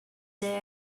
they